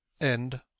End